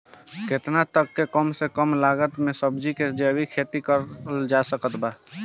केतना तक के कम से कम लागत मे सब्जी के जैविक खेती करल जा सकत बा?